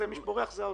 מי שבורח זה האוצר.